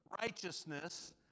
righteousness